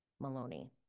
Maloney